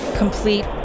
Complete